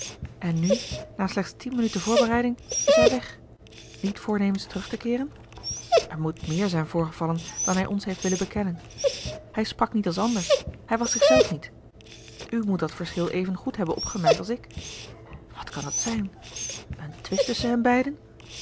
en nu na slechts tien minuten voorbereiding is hij weg niet voornemens terug te keeren er moet meer zijn voorgevallen dan hij ons heeft willen bekennen hij sprak niet als anders hij was zichzelf niet u moet dat verschil even goed hebben opgemerkt als ik wat kan het zijn een twist tusschen hen beiden